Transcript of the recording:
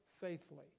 faithfully